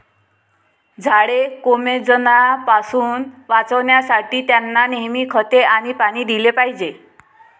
झाडे कोमेजण्यापासून वाचवण्यासाठी, त्यांना नेहमी खते आणि पाणी दिले पाहिजे